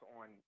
on